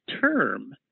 term